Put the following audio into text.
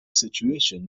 situation